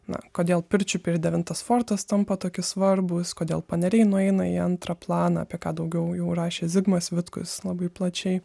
na kodėl pirčiupiai ir devintas fortas tampa toki svarbūs kodėl paneriai nueina į antrą planą apie ką daugiau jau rašė zigmas vitkus labai plačiai